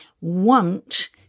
want